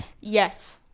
yes